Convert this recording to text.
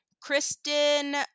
Kristen